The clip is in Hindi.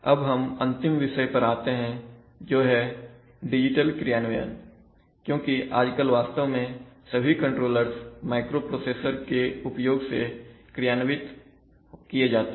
अब हम अंतिम विषय पर आते हैं जो है डिजिटल क्रियान्वयन क्योंकि आजकल वास्तव में सभी कंट्रोलर्स माइक्रोप्रोसेसर के उपयोग से क्रियान्वित किए जाते हैं